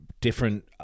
different